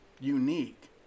unique